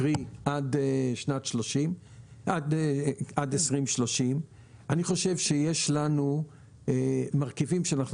קרי עד שנת 2030. אני חושב שיש לנו מרכיבים שאנחנו